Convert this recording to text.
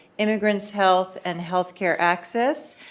immigrants health, and health care access,